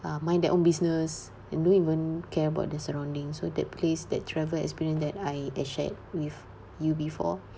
uh mind their own business and don't even care about their surroundings so that place that travel experience that I I shared with you before